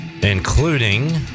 including